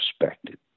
respected